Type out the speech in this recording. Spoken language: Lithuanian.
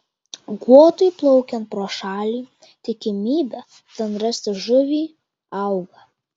guotui plaukiant pro šalį tikimybė ten rasti žuvį auga